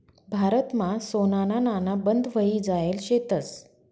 भारतमा सोनाना नाणा बंद व्हयी जायेल शेतंस